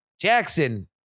Jackson